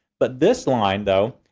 but this line though,